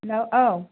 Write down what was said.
हेल' औ